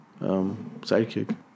Sidekick